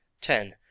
ten